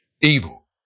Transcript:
evil